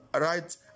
right